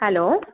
hello